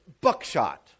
buckshot